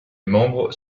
membres